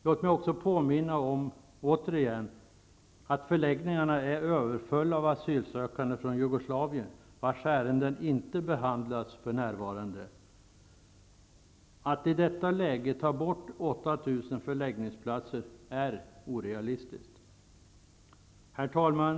Låt mig också återigen påminna om att förläggningarna är överfulla av asylsökande från Jugoslavien, vilkas ärenden för närvarande inte behandlas. Att i detta läge ta bort 8 000 förläggningsplatser är orealistiskt. Herr talman!